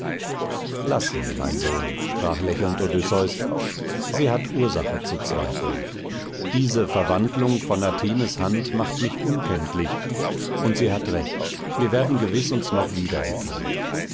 laß sie mein sohn sprach lächelnd odysseus sie hat ursache zu zweifeln diese verwandlung von athenes hand macht mich unkenntlich und sie hat recht wir werden gewiß uns noch